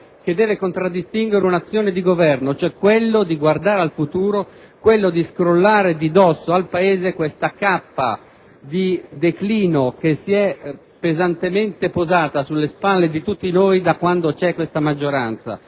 che deve contraddistinguere un'azione di governo: quello di guardare al futuro, quello di scrollare di dosso al Paese questa cappa di declino che si è pesantemente posata sulle spalle di tutti noi da quando c'è questa maggioranza.